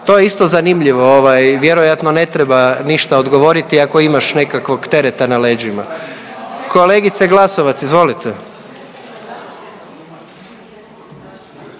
To je isto zanimljivo, ovaj vjerojatno ne treba ništa odgovoriti ako imaš nekakvog tereta na leđima. Kolegice Glasovac izvolite.